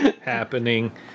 happening